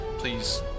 Please